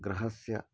ग्रहस्य